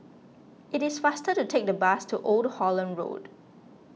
it is faster to take the bus to Old Holland Road